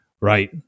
right